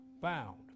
bound